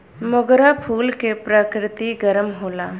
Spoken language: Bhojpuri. मोगरा फूल के प्रकृति गरम होला